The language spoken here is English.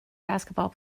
basketball